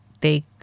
take